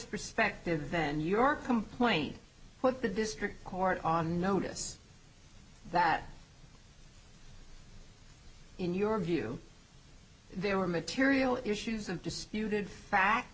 perspective then your complaint what the district court on notice that in your view there were material issues and disputed fa